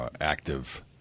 active